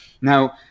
now